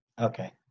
Okay